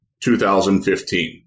2015